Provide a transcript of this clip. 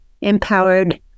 empowered